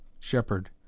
Shepherd